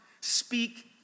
Speak